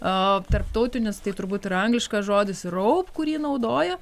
o tarptautinis tai turbūt ir angliškas žodis raup kurį naudoja